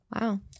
Wow